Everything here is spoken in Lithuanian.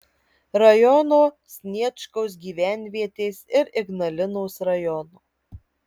rajono sniečkaus gyvenvietės ir ignalinos rajono